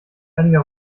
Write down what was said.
einiger